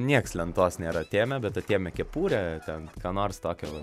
nieks lentos nėra atėmę bet atėmę kepurę ten ką nors tokio va